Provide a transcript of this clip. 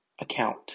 account